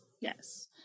Yes